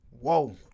Whoa